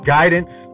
Guidance